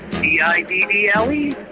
D-I-D-D-L-E